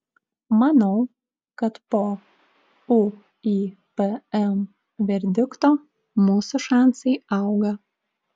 manau kad po uipm verdikto mūsų šansai auga